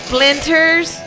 Splinters